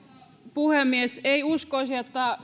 puhemies ei uskoisi että